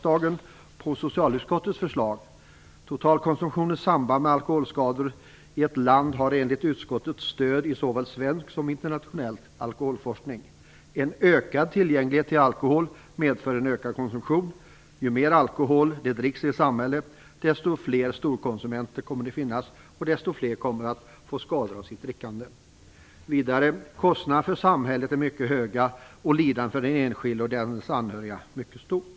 "Totalkonsumtionens samband med alkoholskadorna i ett land har enligt utskottet stöd i såväl svensk som internationell alkoholforskning. Det hette vidare: "Kostnaderna för samhället är mycket höga, och lidandet för den enskilde och dennes anhöriga är mycket stort."